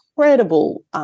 incredible